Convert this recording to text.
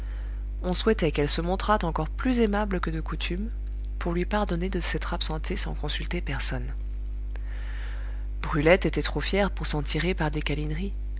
on souhaitait qu'elle se montrât encore plus aimable que de coutume pour lui pardonner de s'être absentée sans consulter personne brulette était trop fière pour s'en tirer par des